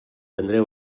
andreu